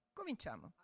cominciamo